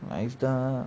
nice தான்:thaan